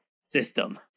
system